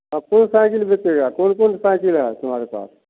आप कौन साइकिल बेचेगा कौन कौन साइकिल है तुम्हारे पास